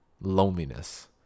loneliness